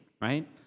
right